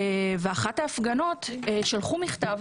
ובאחת ההפגנות שלחו מכתב